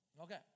Okay